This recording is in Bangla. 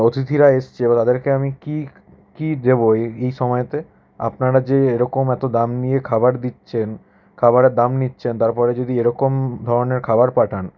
অতিথিরা এসেছে এবার ওদেরকে আমি কী কী দেবো এই সমায়তে আপনারা যে এরকম এতো দাম নিয়ে খাবার দিচ্ছেন খাবারের দাম নিচ্ছেন তারপরে যদি এরকম ধরনের খাবার পাঠান